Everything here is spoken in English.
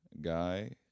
guy